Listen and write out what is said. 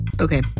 Okay